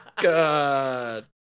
God